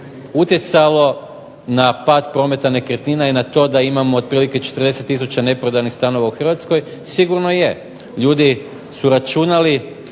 utjecalo na pad prodaje nekretnina i na to da imamo otprilike 40 tisuća neprodanih stanova u Hrvatskoj, sigurno je. Ljudi su računali